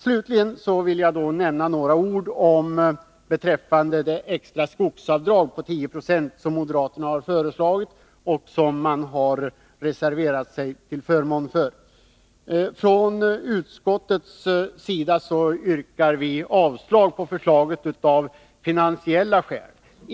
Slutligen vill jag säga några ord om det extra skogsavdrag på 10 76 som moderaterna har föreslagit och reserverat sig till förmån för. Från utskottets sida yrkar vi avslag på förslaget av finansiella skäl.